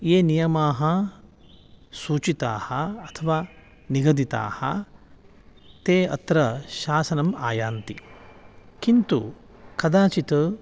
ये नियमाः सूचिताः अथवा निगदिताः ते अत्र शासनम् आयान्ति किन्तु कदाचित्